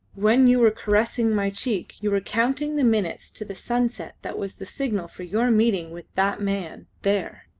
when you were caressing my cheek you were counting the minutes to the sunset that was the signal for your meeting with that man there!